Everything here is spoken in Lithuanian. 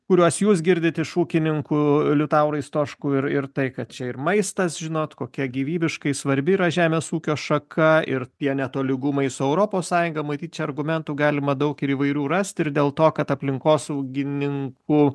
kuriuos jūs girdit iš ūkininkų liutaurai stoškau ir ir tai kad čia ir maistas žinot kokia gyvybiškai svarbi yra žemės ūkio šaka ir tie netolygumai su europos sąjunga matyt čia argumentų galima daug ir įvairių rasti ir dėl to kad aplinkosaugininkų